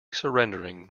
surrendering